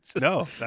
No